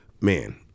man